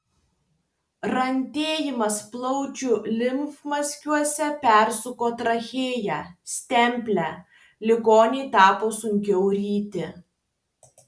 randėjimas plaučių limfmazgiuose persuko trachėją stemplę ligonei tapo sunkiau ryti